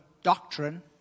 doctrine